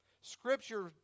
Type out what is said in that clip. Scripture